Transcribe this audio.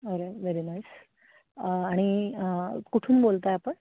अरे very nice आणि कुठून बोलत आहे आपण